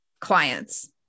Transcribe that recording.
clients